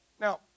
now